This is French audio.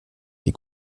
des